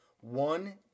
one